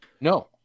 No